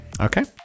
Okay